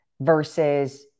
versus